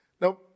Now